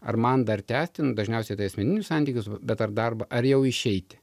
ar man dar tęsti nu dažniausiai tai asmeninius santykius bet ar darbą ar jau išeiti